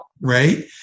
right